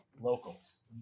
locals